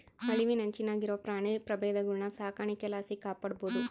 ಅಳಿವಿನಂಚಿನಾಗಿರೋ ಪ್ರಾಣಿ ಪ್ರಭೇದಗುಳ್ನ ಸಾಕಾಣಿಕೆ ಲಾಸಿ ಕಾಪಾಡ್ಬೋದು